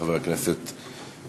חברי הכנסת שטרן,